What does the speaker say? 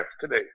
today